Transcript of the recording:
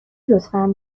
لطفا